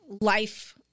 life